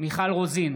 מיכל רוזין,